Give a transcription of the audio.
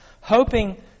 hoping